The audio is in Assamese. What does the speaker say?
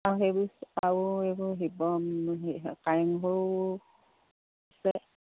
আৰু সেইবোৰ আৰু এইবোৰ শিৱ কাৰেংঘৰো